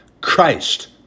Christ